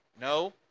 no